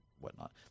whatnot